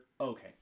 Okay